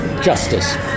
Justice